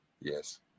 Yes